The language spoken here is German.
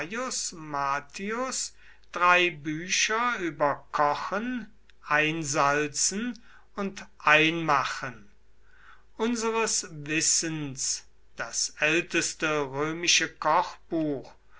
matius drei bücher über kochen einsalzen und einmachen unseres wissens das älteste römische kochbuch